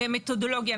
במתודולוגיה.